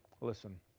Listen